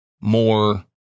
more